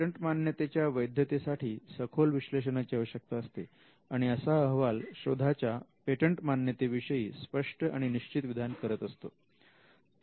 patent मान्यतेच्या वैधते साठी सखोल विश्लेषणाची आवश्यकता असते आणि असा अहवाल शोधाच्या पेटंट मान्यते विषयी स्पष्ट आणि निश्चित विधान करत असतो